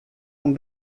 oan